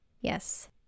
yes